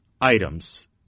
items